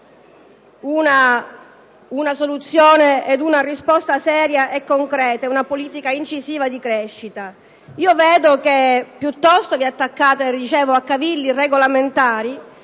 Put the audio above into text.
una soluzione, una risposta seria e concreta e una politica incisiva di crescita. Invece voi vi attaccate a cavilli regolamentari